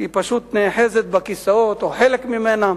היא פשוט נאחזת בכיסאות, או חלק ממנה,